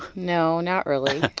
no, not really.